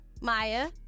Maya